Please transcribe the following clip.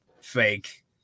fake